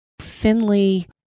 Finley